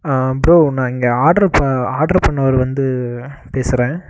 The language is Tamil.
ப்ரோ நான் இங்கே ஆர்டரு ப ஆர்டரு பண்ணவர் வந்து பேசுகிறேன்